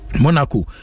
Monaco